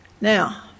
Now